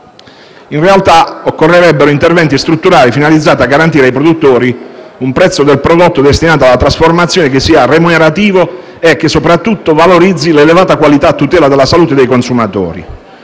In realtà occorrerebbero interventi strutturali finalizzati a garantire ai produttori un prezzo del prodotto destinato alla trasformazione che sia remunerativo e soprattutto valorizzi l'elevata qualità a tutela della salute dei consumatori.